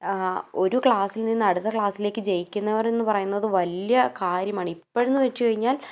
ആ ഒരു ക്ലാസ്സിൽ നിന്ന് അടുത്ത ക്ലാസ്സിലേക്ക് ജയിക്കുന്നവർ എന്നു പറയുന്നത് വലിയ കാര്യമാണ് ഇപ്പോഴെന്നു വെച്ചു കഴിഞ്ഞാൽ